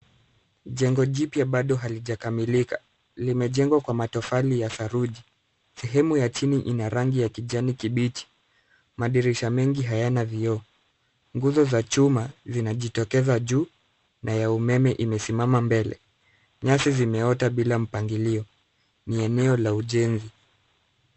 Jengo jipya bado halijakamilika limejengwa kwa matofali ya saruji. Sehemu ya chini ina rangi ya kijani kibichi. Madirisha mengi hayana vioo. Nguzo za chuma zinajitokeza juu na ya umeme imesimama mbele. nyasi zimeota bila mpangilio. Ni eneo la ujenzi.